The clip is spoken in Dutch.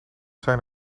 zijn